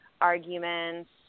arguments